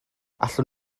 allwn